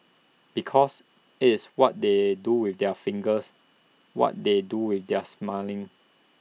because IT is what they do with their fingers what they do with their smelling